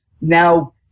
now